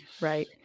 right